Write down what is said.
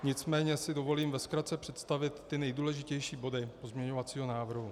Nicméně si dovolím ve zkratce představit ty nejdůležitější body pozměňovacího návrhu.